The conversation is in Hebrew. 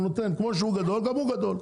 כמו שהוא גדול גם הוא גדול.